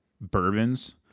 bourbons